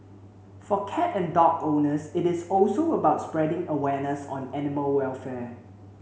for cat and dog owners it is also about spreading awareness on animal welfare